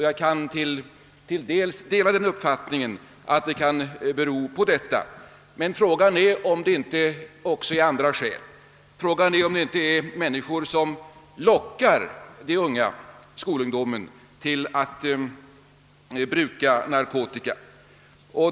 Jag kan till dels dela den uppfattningen att det kan bero på detta, men frågan är om det inte också finns andra orsaker: det finns också människor som lockar de unga, skolungdomen, till att bruka narkotika.